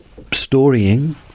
storying